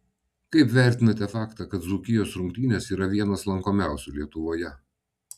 kaip vertinate faktą kad dzūkijos rungtynės yra vienas lankomiausių lietuvoje